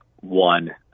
one